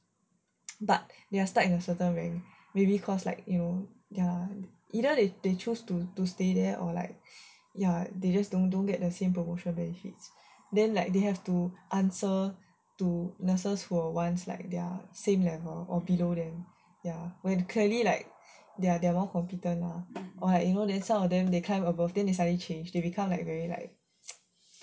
but they are stuck in a certain rank maybe cause like um you know either they they choose to to stay there or like ya they just don't don't get the same promotional benefits then like they have to answer to nurses who were once like their same level or below them ya when clearly like they are they are both competent lor or like you know there's some of them they climb above then they suddenly change they become like very like